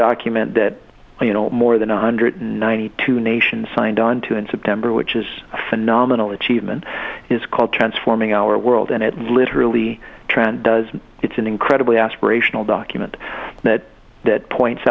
document that you know more than one hundred ninety two nations signed onto in september which is a phenomenal achievement is called transforming our world and it literally trend does it's an incredibly aspirational document that that points